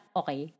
okay